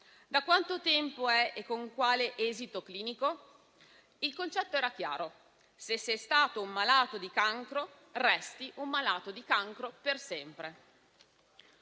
"Da quanto tempo e con quale esito clinico?". Il concetto era chiaro: se sei stato un malato di cancro, resti un malato di cancro per sempre.